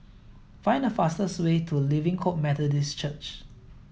find the fastest way to Living Hope Methodist Church